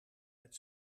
met